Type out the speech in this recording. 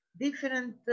different